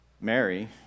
Mary